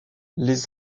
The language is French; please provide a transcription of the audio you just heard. les